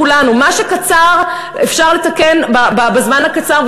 מה שאפשר לתקן בזמן הקצר,